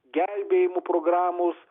gelbėjimo programos